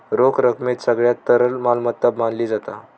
रोख रकमेक सगळ्यात तरल मालमत्ता मानली जाता